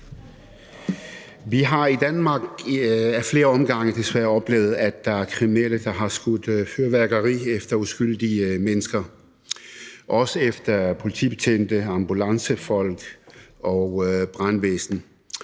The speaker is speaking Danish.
Vi har i Danmark ad flere omgange desværre oplevet, at der er kriminelle, der har skudt fyrværkeri efter uskyldige mennesker og også efter politibetjente, ambulancefolk og brandvæsen,